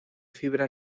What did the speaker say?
fibra